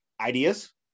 Ideas